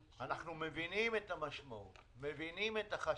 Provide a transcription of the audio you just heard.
אנחנו מבינים את המשמעות, מבינים את החשיבות,